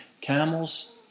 camels